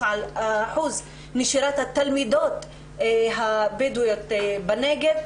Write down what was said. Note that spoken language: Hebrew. על שיעור נשירת התלמידות הבדואיות בנגב.